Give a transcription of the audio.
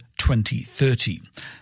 2030